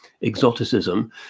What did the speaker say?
exoticism